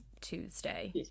Tuesday